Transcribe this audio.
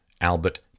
Albert